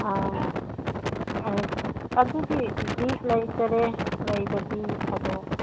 ꯑꯥ ꯑꯥ ꯑꯗꯨꯗꯤ ꯍꯧꯖꯤꯛ ꯂꯩꯇꯔꯦ ꯂꯩꯕꯗꯤ ꯑꯗꯣ